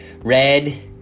red